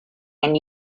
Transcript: and